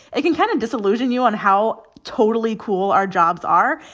it can kind of disillusion you on how totally cool our jobs are.